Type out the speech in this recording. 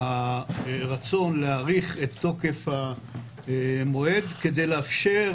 הרצון להאריך את תוקף המועד כדי לאפשר